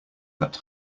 that